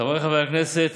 חבריי חברי הכנסת,